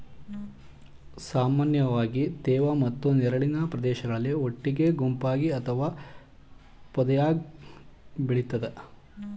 ಸಾಮಾನ್ಯವಾಗಿ ತೇವ ಮತ್ತು ನೆರಳಿನ ಪ್ರದೇಶಗಳಲ್ಲಿ ಒಟ್ಟಿಗೆ ಗುಂಪಾಗಿ ಅಥವಾ ಪೊದೆಯಾಗ್ ಬೆಳಿತದೆ